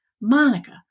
Monica